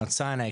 בהר סיני,